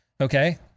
okay